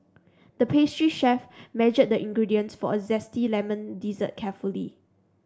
the pastry chef measured the ingredients for a zesty lemon dessert carefully